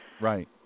Right